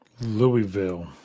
Louisville